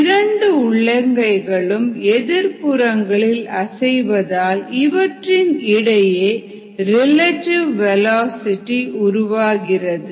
இரண்டு உள்ளங்கைகளும் எதிர் புறங்களில் அசைவதால் இவற்றின் இடையே ரிலேட்டிவ் வெலாசிட்டி உருவாகிறது